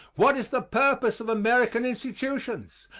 what is the purpose of american institutions?